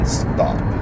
stop